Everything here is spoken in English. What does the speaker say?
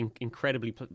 incredibly